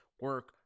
Work